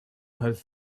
have